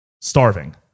starving